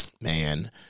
Man